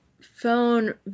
phone